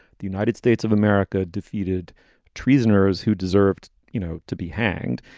the united states of america defeated treasonous who deserved you know to be hanged.